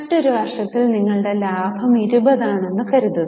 മറ്റൊരു വർഷത്തിൽ നിങ്ങളുടെ ലാഭം 20 ആണെന്ന് കരുതുക